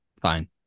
fine